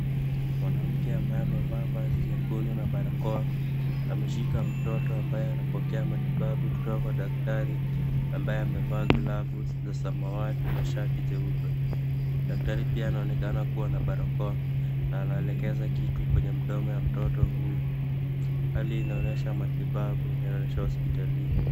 Mwanamke ambaye amevaa vazi nyekundu na barakoa, ameshika mtoto ambaye anapokea matibabu kutoka kwa daktari ambaye amevaa glavu za samawati na shati jeupe. Daktari pia anaonekana kuwa na barakoa na anaelekeza kitu kwenye mdomo wa mtoto. Hali inaonyesha matibabu, inaonyesha hospitalini.